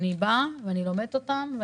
אני לומדת אותם.